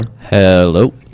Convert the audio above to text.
Hello